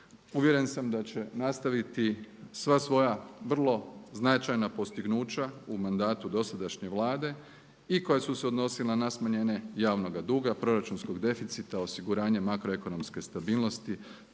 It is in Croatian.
Uvjeren sam da će nastaviti sva svoja vrlo značajna postignuća u mandatu dosadašnje Vlade i koja su se odnosila na smanjenje javnoga duga, proračunskog deficita, osiguranja makroekonomske stabilnosti,